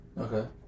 Okay